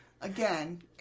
Again